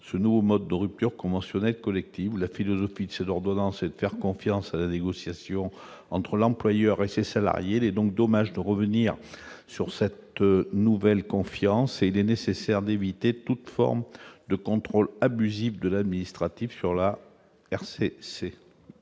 ce nouveau mode de rupture conventionnelle collective ou la philosophie de ces ordonnances et de faire confiance à la négociation entre l'employeur et ses salariés donc dommage de revenir sur cette nouvelle confiance et des nécessaire d'éviter toute forme de contrôle abusif de l'administratif sur la RC